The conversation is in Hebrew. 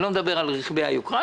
אני לא מדבר על רכבי היוקרה,